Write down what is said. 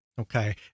Okay